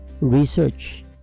research